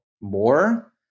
more